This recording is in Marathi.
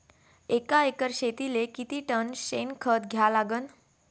एका एकर शेतीले किती टन शेन खत द्या लागन?